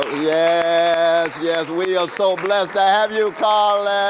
yeah yes, yes. we are so blessed to have you collin.